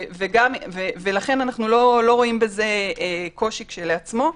ולכן אנחנו לא רואים בזה קושי כשלעצמו,